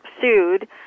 sued